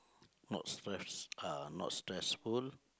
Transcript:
not stress ah not stressful